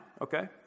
Okay